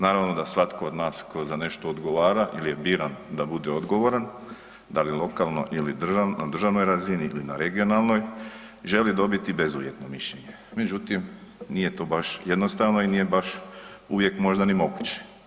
Naravno da svatko od nas tko za nešto odgovara ili je biran da bude odgovoran, da li lokalno ili državno, na državnoj razini, ili na regionalnoj, želi dobiti bezuvjetno mišljenje, međutim nije to baš jednostavno i nije baš uvijek možda ni moguće.